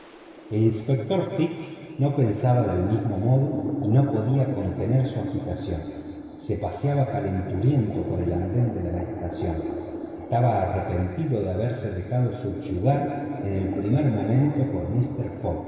el inspector fix no pensaba del mismo modo y no podía contener su agitación se paseaba calenturiento por el andén de la estación estaba arrepentido de haberse dejado subyu var en el primer momento por mister